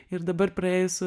ir dabar praėjus